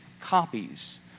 copies